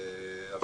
בבקשה.